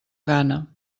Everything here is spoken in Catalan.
gana